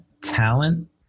talent